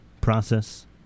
process